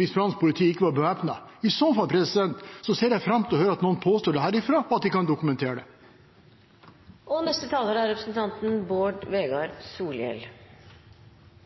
hvis fransk politi ikke var bevæpnet? I så fall ser jeg fram til å høre at noen påstår det herfra, og at de kan dokumentere det. Representanten